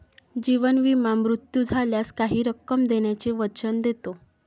जीवन विमा मृत्यू झाल्यास काही रक्कम देण्याचे वचन देतो